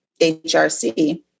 HRC